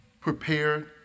prepared